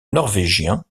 norvégien